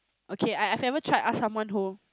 okay I I haven't tried ask someone whom